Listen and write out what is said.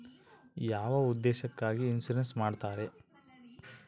ಯಾವ ಉದ್ದೇಶಕ್ಕಾಗಿ ಇನ್ಸುರೆನ್ಸ್ ಮಾಡ್ತಾರೆ?